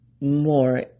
more